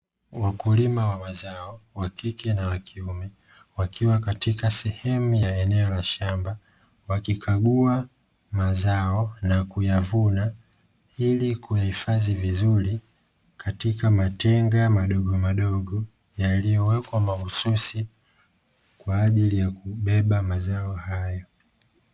Wakulima wa mazao wakike na wakiume wakiwa katika sehemu la eneo la shamba wakikagua mazao, na kuyavuna ilikuyahifadhi vizuri katika matenga madogo madogo yaliyowekwa mahususi kwajili ya kubeba mazao hayo.